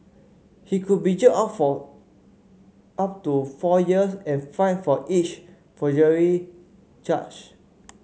he could be jailed up for up to four years and fined for each forgery charge